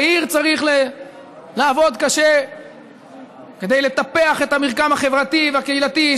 גם בעיר צריך לעבוד קשה כדי לטפח את המרקם החברתי והקהילתי,